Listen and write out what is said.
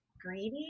greedy